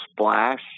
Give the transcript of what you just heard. splash